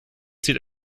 sieht